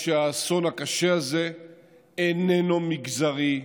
שהאסון הקשה הזה איננו מגזרי,